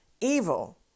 evil